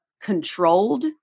controlled